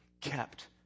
kept